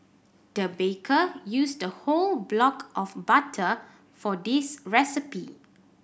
the baker used whole block of butter for this recipe